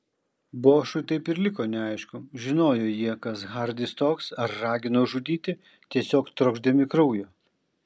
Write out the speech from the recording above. bošui taip ir liko neaišku žinojo jie kas hardis toks ar ragino žudyti tiesiog trokšdami kraujo